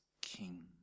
king